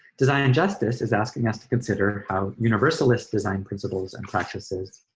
design justice is asking us to consider how universalist design principles and practices